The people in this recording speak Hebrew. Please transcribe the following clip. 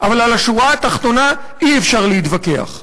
אבל על השורה התחתונה אי-אפשר להתווכח.